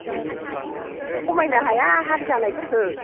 आयु खमायनो हाया हाजानायफोरखौ